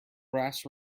brass